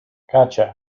gotcha